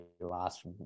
last